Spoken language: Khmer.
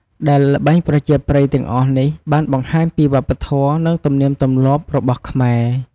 ដែលល្បែងប្រជាប្រិយទាំងអស់នេះបានបង្ហាញពីវប្បធម៌ និងទំនៀមទម្លាប់របស់ខ្មែរ។